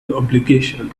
obligation